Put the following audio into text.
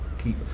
keep